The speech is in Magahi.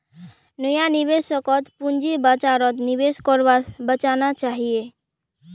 नया निवेशकक पूंजी बाजारत निवेश करवा स बचना चाहिए